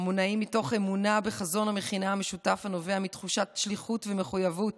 המונעים מתוך אמונה בחזון המכינה המשותף הנובע מתחושת שליחות ומחויבות